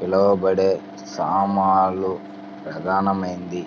పిలవబడే సామలు ప్రధానమైనది